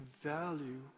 value